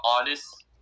honest